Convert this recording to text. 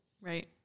right